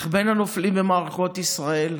אך בין הנופלים במערכות ישראל,